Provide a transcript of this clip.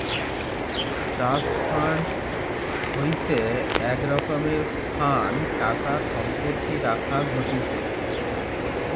trust fund হইসে এক রকমের ফান্ড টাকা সম্পত্তি রাখাক হতিছে